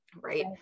right